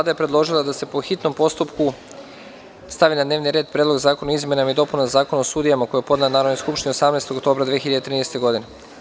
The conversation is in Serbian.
Vlada je predložila da se po hitnom postupku stavi na dnevni red Predlog zakona o izmenama i dopunama Zakona o sudijama, koju je podnela Narodnoj skupštini 18. oktobra 2013. godine.